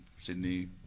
Sydney